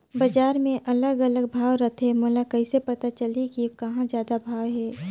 बजार मे अलग अलग भाव रथे, मोला कइसे पता चलही कि कहां जादा भाव हे?